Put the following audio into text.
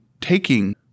taking